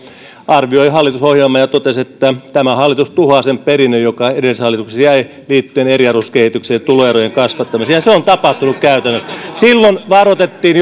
arvioi hallitusohjelman ja totesi että tämä hallitus tuhoaa sen perinnön joka edelliseltä hallitukselta jäi liittyen eriarvoisuuskehitykseen ja tuloerojen kasvattamiseen se on tapahtunut käytännössä silloin varoitettiin